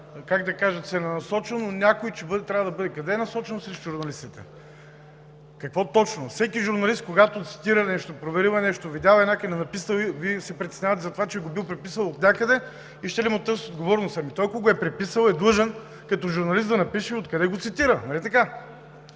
как да кажа – целенасочено, че някой трябва да бъде… Къде е насочено срещу журналистите? (Реплики.) Какво точно? Всеки журналист, когато цитира нещо, проверил е нещо, видял е някъде, написал, Вие се притеснявате за това, че го бил преписал отнякъде и щели да му търсят отговорност. Ами той, ако го е преписал, е длъжен като журналист да напише откъде го цитира, нали така?